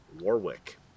Warwick